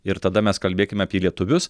ir tada mes kalbėkime apie lietuvius